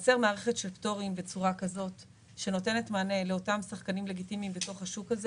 מערכת של פטורים שנותנת מענה לאותם שחקנים לגיטימיים בתוך השוק הזה